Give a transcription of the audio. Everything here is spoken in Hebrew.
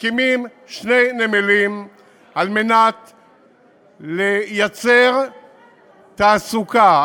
מקימים שני נמלים כדי לייצר תעסוקה,